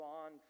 on